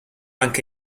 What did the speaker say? anche